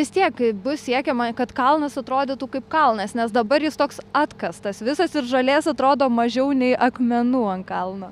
vis tiek bus siekiama kad kalnas atrodytų kaip kalnas nes dabar jis toks atkastas visas ir žolės atrodo mažiau nei akmenų ant kalno